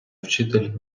вчитель